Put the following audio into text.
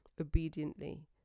obediently